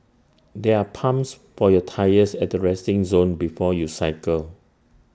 there're pumps for your tyres at the resting zone before you cycle